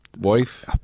wife